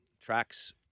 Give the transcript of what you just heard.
tracks